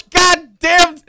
goddamn